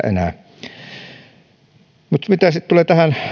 enää kestä mutta mitä sitten tulee tähän